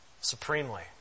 supremely